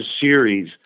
series